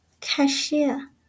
Cashier